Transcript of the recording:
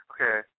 Okay